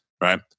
right